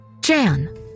Jan